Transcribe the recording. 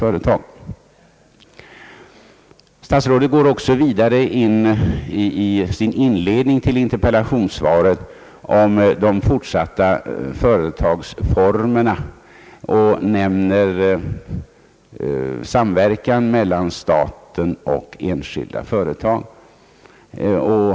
I sin inledning till interpellationssvaret tar statsrådet Wickman upp frågan om de fortsatta företagsformerna och nämner samverkan mellan staten och enskilda företag.